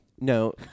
No